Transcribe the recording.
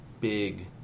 big